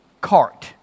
cart